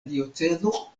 diocezo